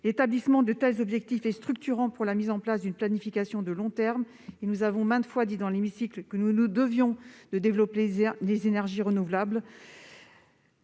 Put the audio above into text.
L'établissement de tels objectifs est structurant pour la mise en place d'une planification de long terme. Comme il a été maintes fois rappelé dans cet hémicycle, nous nous devions de développer des énergies renouvelables